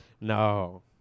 no